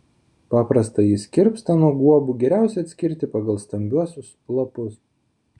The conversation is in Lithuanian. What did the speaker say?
paprastąjį skirpstą nuo guobų geriausia atskirti pagal stambiuosius lapus